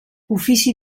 ofici